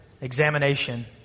examination